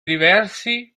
diversi